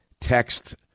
Text